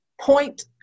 point